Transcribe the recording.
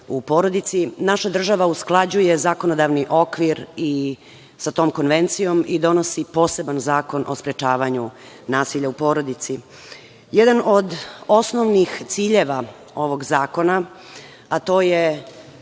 u porodici, naša država usklađuje zakonodavni okvir sa tom Konvencijom i donosi poseban Zakon o sprečavanju nasilja u porodici. Jedan od osnovnih ciljeva ovog zakona, a to je